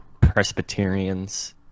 Presbyterians